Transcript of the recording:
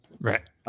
Right